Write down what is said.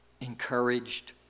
encouraged